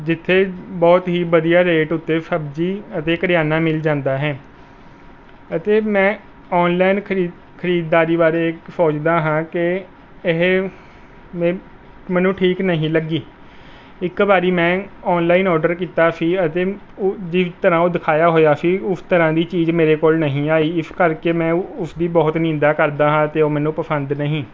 ਜਿੱਥੇ ਬਹੁਤ ਹੀ ਵਧੀਆ ਰੇਟ ਉੱਤੇ ਸਬਜ਼ੀ ਅਤੇ ਕਰਿਆਨਾ ਮਿਲ ਜਾਂਦਾ ਹੈ ਅਤੇ ਮੈਂ ਓਨਲਾਈਨ ਖਰੀਦ ਖਰੀਦਦਾਰੀ ਬਾਰੇ ਸੋਚਦਾ ਹਾਂ ਕਿ ਇਹ ਮੈ ਮੈਨੂੰ ਠੀਕ ਨਹੀਂ ਲੱਗੀ ਇੱਕ ਵਾਰੀ ਮੈਂ ਓਨਲਾਈਨ ਓਡਰ ਕੀਤਾ ਸੀ ਅਤੇ ਓ ਜਿਸ ਤਰ੍ਹਾਂ ਉਹ ਦਿਖਾਇਆ ਹੋਇਆ ਸੀ ਉਸ ਤਰ੍ਹਾਂ ਦੀ ਚੀਜ਼ ਮੇਰੇ ਕੋਲ ਨਹੀਂ ਆਈ ਇਸ ਕਰਕੇ ਮੈਂ ਉਸ ਦੀ ਬਹੁਤ ਨਿੰਦਿਆ ਕਰਦਾ ਹਾਂ ਅਤੇ ਉਹ ਮੈਨੂੰ ਪਸੰਦ ਨਹੀਂ